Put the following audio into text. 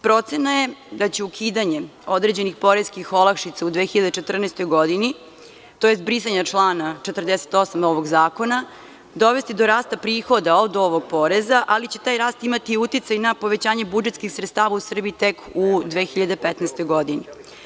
Procena je da će ukidanjem određenih poreskih olakšica u 2014. godini, tj. brisanje člana 48. novog zakona, dovesti do rasta prihoda od ovog poreza, ali će taj rast imati uticaj na povećanje budžetskih sredstava u Srbiji tek u 2015. godini.